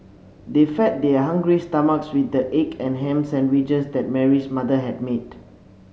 they fed their hungry stomachs with the egg and ham sandwiches that Mary's mother had made